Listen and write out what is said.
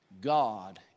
God